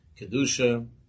kedusha